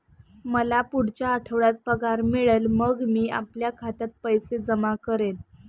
मला पुढच्या आठवड्यात पगार मिळेल मग मी आपल्या खात्यात पैसे जमा करेन